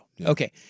Okay